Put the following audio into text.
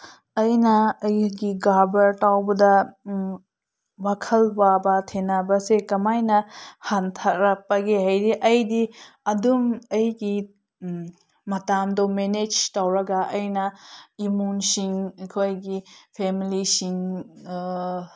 ꯑꯩꯅ ꯑꯩꯒꯤ ꯒꯥꯔꯕꯔ ꯇꯧꯕꯗ ꯋꯥꯈꯜ ꯋꯥꯕ ꯊꯦꯡꯅꯕꯁꯦ ꯀꯃꯥꯏꯅ ꯍꯟꯊꯔꯛꯄꯒꯦ ꯍꯥꯏꯗꯤ ꯑꯩꯗꯤ ꯑꯗꯨꯝ ꯑꯩꯒꯤ ꯃꯇꯝꯗꯣ ꯃꯦꯅꯦꯖ ꯇꯧꯔꯒ ꯑꯩꯅ ꯏꯃꯨꯡꯁꯤꯡ ꯑꯩꯈꯣꯏꯒꯤ ꯐꯦꯃꯤꯂꯤꯁꯤꯡ